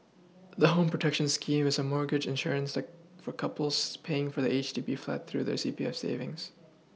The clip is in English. the home protection scheme is a mortgage insurance that for couples paying for their H D B flat through their C P F savings